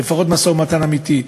לפחות משא-ומתן אמיתי.